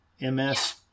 Ms